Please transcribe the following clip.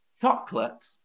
chocolate